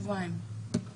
שבועיים.